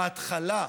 בהתחלה,